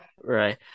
Right